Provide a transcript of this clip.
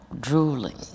drooling